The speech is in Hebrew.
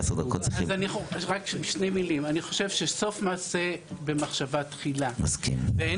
אני חושב שסוף מעשה במחשבה תחילה ואין